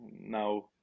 now